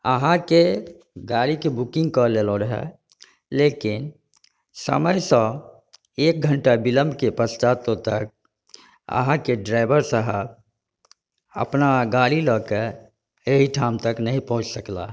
अहाँके गाड़ीके बुकिंग कऽ लेलहुँ रहय लेकिन समयसँ एक घण्टा बिलम्बके पश्चात् ओतऽ अहाँके ड्राइवर साहब अपन गाड़ी लऽ के एहिठाम तक नहि पहुँच सकलाह